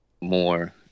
more